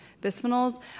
bisphenols